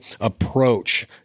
approach